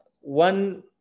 one